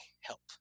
help